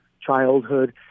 childhood